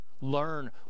learn